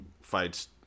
fights